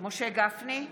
משה גפני,